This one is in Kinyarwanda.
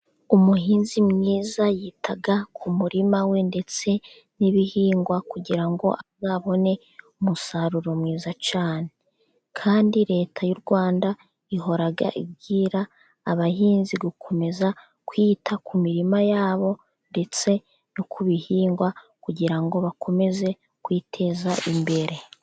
Umuhinzi mwiza yita ku murima we ndetse n'ibihingwa, kugira ngo azabone umusaruro mwiza cyane, kandi Leta y'u Rwanda ihora ibwira abahinzi gukomeza kwita ku mirima yabo, ndetse no ku bihingwa, kugira ngo bakomeze kwiteza imbere.